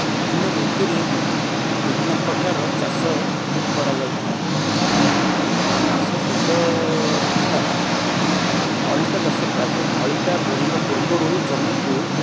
ବିଭିନ୍ନ ଋତୁରେ ବିଭିନ୍ନପ୍ରକାର ଚାଷ କରାଯାଇଥାଏ ଏପ୍ରିଲ୍ ମାସ ଶେଷ ସୁଦ୍ଧା ନଳିତା ଚାଷ କରାଯାଏ ନଳିତା ବୁଣିବା ପୂର୍ବରୁ ଜମିକୁ